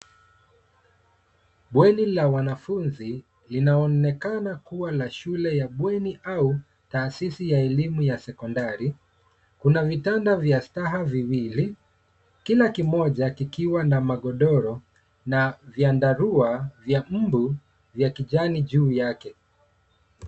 Bweni la wanafunzi linaonekana kuwa la shule ya bweni au taasisi ya elimu ya sekondari. Kuna vitanda vya staha viwili, kila kimoja kikiwa na magodoro na vyandarua vya mbu vya kijani juu yake.